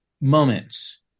moments